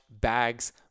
bags